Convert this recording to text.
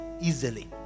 Easily